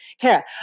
Kara